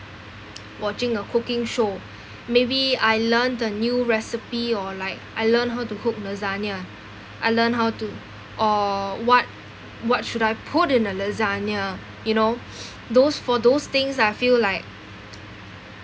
watching a cooking show maybe I learn the new recipe or like I learned how to cook lasagna I learned how to or what what should I put in a lasagna you know those for those things I feel like